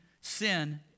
sin